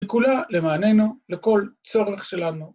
‫היא כולה למעננו, לכל צורך שלנו.